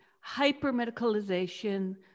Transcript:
hyper-medicalization